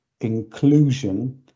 inclusion